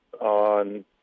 on